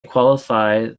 qualify